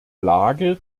lage